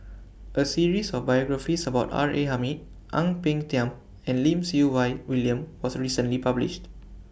A series of biographies about R A Hamid Ang Peng Tiam and Lim Siew Wai William was recently published